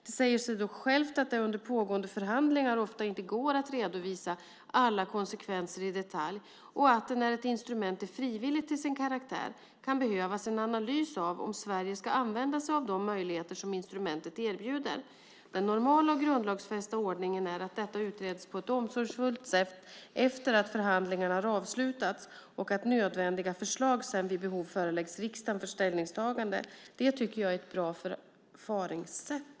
Det säger sig dock självt att det under pågående förhandlingar ofta inte går att redovisa alla konsekvenser i detalj och att det, när ett instrument är frivilligt till sin karaktär, kan behövas en analys av om Sverige ska använda sig av de möjligheter som instrumentet erbjuder. Den normala och grundlagsfästa ordningen är att detta utreds på ett omsorgsfullt sätt efter det att förhandlingarna har avslutats och att nödvändiga förslag sedan vid behov föreläggs riksdagen för ställningstagande. Det tycker jag är ett bra förfaringssätt.